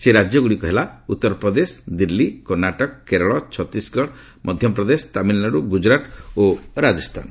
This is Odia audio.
ସେହି ରାଜ୍ୟଗୁଡ଼ିକ ହେଲା ମହାରାଷ୍ଟ୍ର ଉତ୍ତରପ୍ରଦେଶ ଦିଲ୍ଲୀ କର୍ଣ୍ଣାଟକ କେରଳ ଛତିଶଗଡ଼ା ମଧ୍ୟପ୍ରଦେଶ ତାମିଲନାଡ଼ୁ ଗୁଜରାଟ ଓ ରାଜସ୍ଥାନ